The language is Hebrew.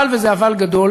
אבל, וזה אבל גדול,